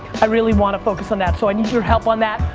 i really wanna focus on that, so i need your help on that.